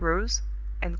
rose,